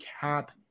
cap